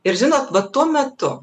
ir žinot va tuo metu